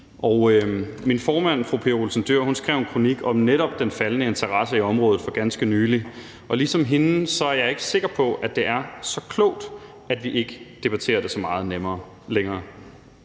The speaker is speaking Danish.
Min formand, fru Pia Olsen Dyhr, skrev for ganske nylig en kronik om netop den faldende interesse i området, og ligesom hende er jeg ikke sikker på, at det er så klogt, at vi ikke debatterer det så meget længere.